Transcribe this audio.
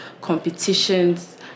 competitions